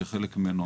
שחלק ממנו,